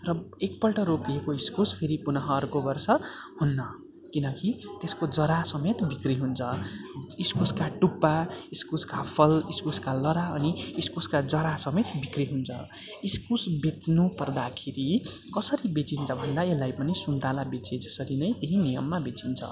र एकपल्ट रोपिएको इस्कुस फेरि पुन अर्को वर्ष हुन्न किनकि त्यसको जरासमेत बिक्री हुन्छ इस्कुसका टुप्पा इस्कुसका फल इस्कुसका लहरा अनि इस्कुसका जरासमेत बिक्री हुन्छ इस्कुस बेच्नु पर्दाखेरि कसरी बेचिन्छ भन्दा यसलाई पनि सुन्तला बेचिए जसरी नै त्यही नियममा बेचिन्छ